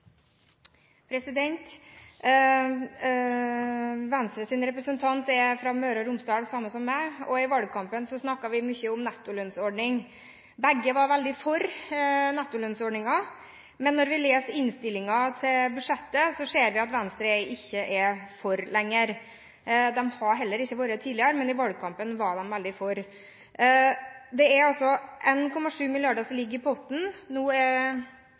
fra Møre og Romsdal, som meg, og i valgkampen snakket vi mye om nettolønnsordningen. Begge var veldig for nettolønnsordningen, men når vi leser innstillingen til budsjettet, ser vi at Venstre ikke er for lenger. De har heller ikke vært det tidligere, men i valgkampen var de veldig for. Det er altså 1,7 mrd. kr som ligger i potten. Nå er